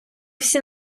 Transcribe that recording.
всі